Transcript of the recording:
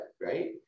right